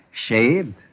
Shaved